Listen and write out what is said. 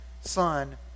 Son